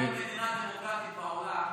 בכל מדינה דמוקרטית בעולם,